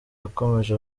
yakomeje